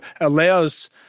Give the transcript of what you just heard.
allows